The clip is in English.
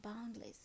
boundless